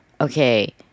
okay